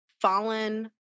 fallen